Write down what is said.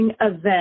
event